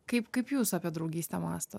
kaip kaip jūs apie draugystę mąstot